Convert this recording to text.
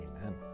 amen